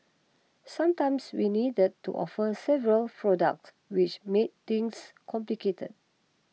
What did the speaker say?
sometimes we needed to offer several products which made things complicated